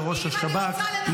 לראש השב"כ,